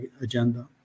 agenda